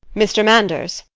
mr. manders!